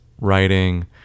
writing